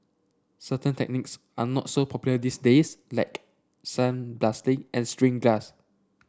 certain techniques are not so popular these days like sandblasting and stained glass